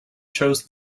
chose